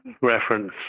reference